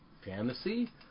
fantasy